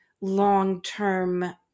long-term